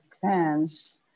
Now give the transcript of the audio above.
plans